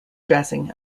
dressing